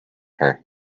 her